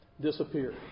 Disappear